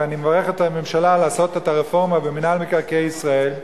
ואני מברך את הממשלה על הרפורמה במינהל מקרקעי ישראל,